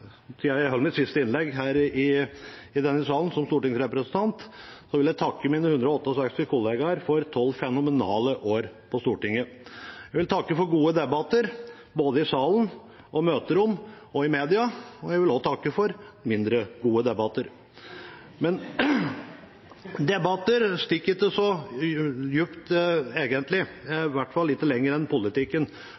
takke mine 168 kollegaer for 12 fenomenale år på Stortinget. Jeg vil takke for gode debatter i salen, i møterom og i media, og jeg vil også takke for mindre gode debatter. Men debatter stikker egentlig ikke så